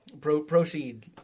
proceed